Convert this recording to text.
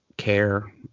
care